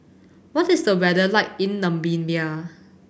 what is the weather like in Namibia